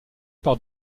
par